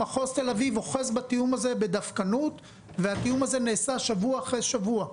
מחוז תל אביב אוחז בתיאום הזה בדבקנות והתיאום הזה נעשה שבוע אחרי שבוע.